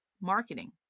marketing